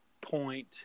point